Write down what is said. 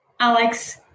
Alex